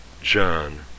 John